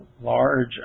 large